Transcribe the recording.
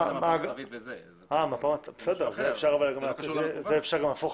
אני לא מצליח להבין